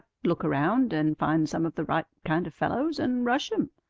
look around, and find some of the right kind of fellows, and rush em.